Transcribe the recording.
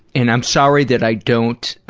and i'm sorry that i don't,